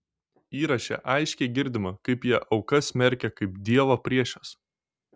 įraše aiškiai girdima kaip jie aukas smerkia kaip dievo priešes